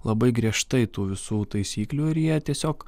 labai griežtai tų visų taisyklių ir jie tiesiog